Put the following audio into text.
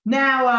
now